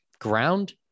ground